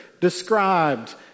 described